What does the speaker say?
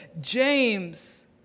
James